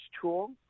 tool